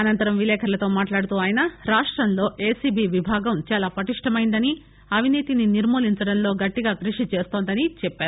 అనంతరం విలేకరులతో మాట్లాడుతూ ఆయన రాష్టంలో ఏసీబీ విభాగం చాలా పటిష్ణమెందని అవినీతిని నిర్మూలించడంలో గట్టిగా కృషి చేస్తోందని చెప్పారు